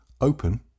Open